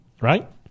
right